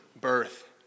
birth